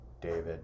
David